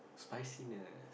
spiciness